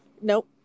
Nope